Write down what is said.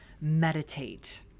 meditate